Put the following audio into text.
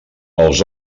els